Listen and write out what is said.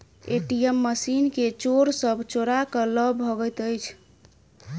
ATM machine के चोर सब चोरा क ल भगैत अछि